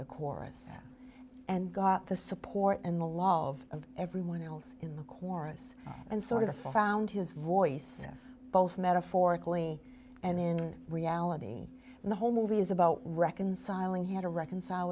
the chorus and got the support and a lot of everyone else in the chorus and sort of found his voice both metaphorically and in reality and the whole movie is about reconciling he had to reconcile